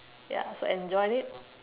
ya so enjoy it